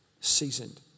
seasoned